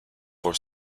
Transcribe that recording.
for